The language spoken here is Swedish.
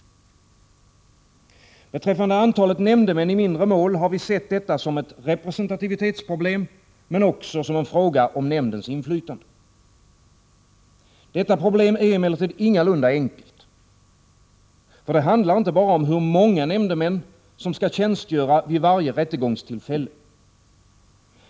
Beträffande antalet nämndemän i mindre mål har vi sett detta som ett representativitetsproblem, men också som en fråga om nämndens inflytande. Detta problem är emellertid ingalunda enkelt. Det handlar inte bara om hur många nämndemän som skall tjänstgöra vid varje rättegångstillfälle.